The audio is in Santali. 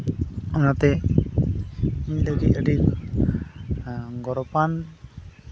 ᱚᱱᱟᱛᱮ ᱤᱧ ᱞᱟᱹᱜᱤᱫ ᱟᱹᱰᱤ ᱜᱚᱨᱚᱵᱟᱱ